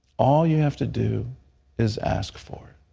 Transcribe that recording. all you have to do is ask for